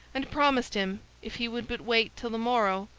and promised him, if he would but wait till the morrow,